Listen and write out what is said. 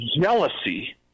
jealousy